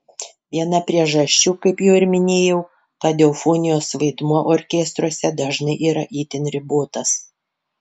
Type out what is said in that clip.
viena priežasčių kaip jau ir minėjau kad eufonijos vaidmuo orkestruose dažnai yra itin ribotas